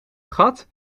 gat